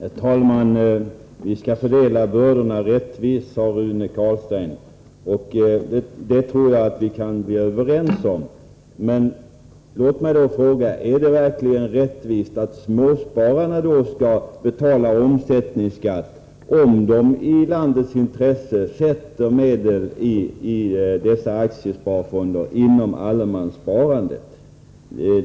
Herr talman! Rune Carlstein sade att vi skall fördela bördorna rättvist. Jag tror att vi är överens på den punkten. Men är det verkligen rättvist att småspararna, om de — i landets intresse — väljer att placera medel i aktiefonder inom ramen för allemanssparandet, måste betala omsättningsskatt?